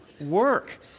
work